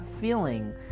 feeling